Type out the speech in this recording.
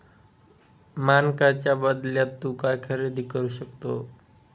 मानकांच्या बदल्यात तू काय खरेदी करू शकतो?